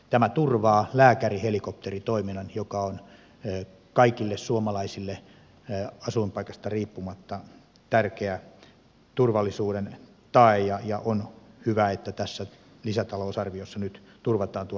tämä turvaa lääkärihelikopteritoiminnan joka on kaikille suomalaisille asuinpaikasta riippumatta tärkeä turvallisuuden tae ja on hyvä että tässä lisätalousarviossa nyt turvataan tuo lääkärihelikopteritoiminta